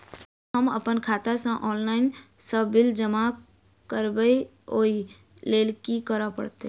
Sir हम अप्पन खाता सऽ ऑनलाइन सऽ बिल सब जमा करबैई ओई लैल की करऽ परतै?